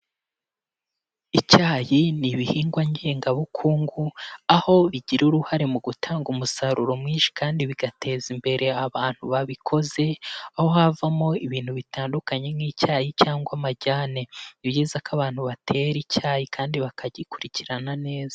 Icyayi ni ibihingwa ngengabukungu, aho bigira uruhare mu gutanga umusaruro mwinshi kandi bigateza imbere abantu babikoze, aho havamo ibintu bitandukanye nk'icyayi cyangwa amajyane, ni ibyiza ko abantu batera icyayi kandi bakagikurikirana neza.